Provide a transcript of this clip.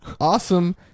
awesome